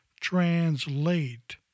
translate